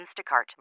Instacart